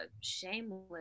shameless